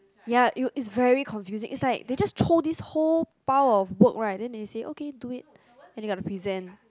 ya it it's very confusing it's like they just throw this whole pile of work right then they say okay do it and then gotta present